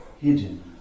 hidden